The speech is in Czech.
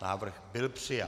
Návrh byl přijat.